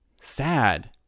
sad